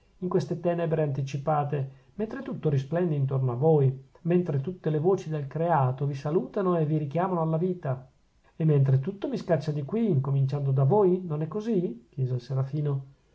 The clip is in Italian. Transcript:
in queste tenebre anticipate mentre tutto risplende intorno a voi mentre tutte le voci del creato vi salutano e vi richiamano alla vita e mentre tutto mi scaccia di qui incominciando da voi non è così chiese il serafino